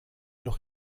noch